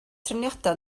trefniadau